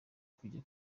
kujya